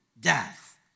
Death